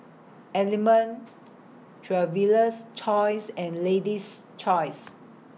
Element Traveler's Choice and Lady's Choice